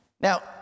Now